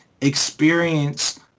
experience